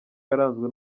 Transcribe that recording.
yaranzwe